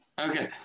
Okay